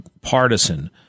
partisan